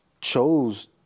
chose